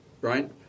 right